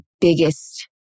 biggest